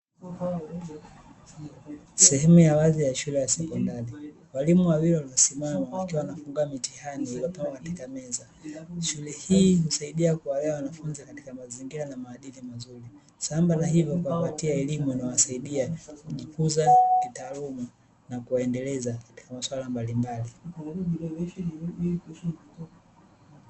Sehemu ya wazi ya shule ya sekondari walimu wawili wamesimama wakiwa wanafunga mitihani katika meza, shule hii husaidia kuwalea wanafunzi katika maadili na mazingira mazuri sambamba na ivo kuwapatia elimu inayo wakuza kitaaluma na kuwaendeleza katika masuala mbalimbali.